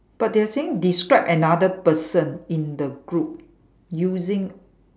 but they are saying describe another person in the group using